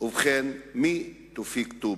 "ובכן: מי תופיק טובי?